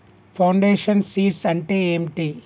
Foundation seeds అంటే ఏంటి?